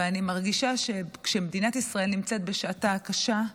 ואני מרגישה שכשמדינת ישראל נמצאת בשעתה הקשה,